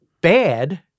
bad